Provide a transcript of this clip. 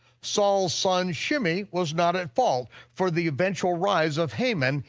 saul's son shimei was not at fault for the eventual rise of haman,